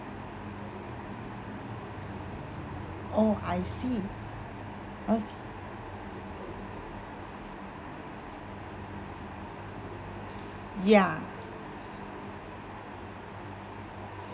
oh I see okay ya